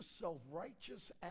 self-righteous